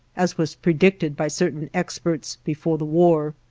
as was predicted by certain experts before the war.